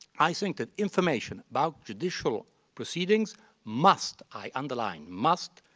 i think that information about judicial proceedings must, i underline must,